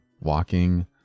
walking